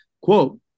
quote